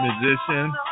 Musician